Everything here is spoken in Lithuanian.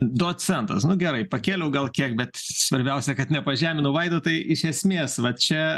docentas nu gerai pakėliau gal kiek bet svarbiausia kad nepažeminau vaidotai iš esmės va čia